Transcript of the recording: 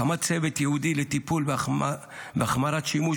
הקמת צוות ייעודי לטיפול בהחמרת שימוש